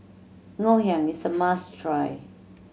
Ngoh Hiang is a must try